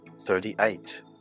Thirty-eight